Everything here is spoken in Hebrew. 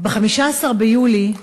15 ביולי,